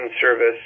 service